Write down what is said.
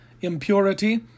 impurity